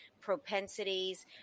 propensities